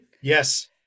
Yes